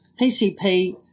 PCP